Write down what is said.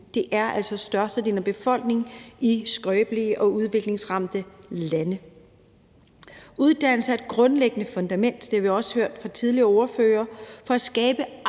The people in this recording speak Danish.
Det er altså størstedelen af befolkningen i skrøbelige og udviklingsramte lande. Uddannelse er et grundlæggende fundament, det har vi også hørt fra tidligere ordførere, for at skabe aktive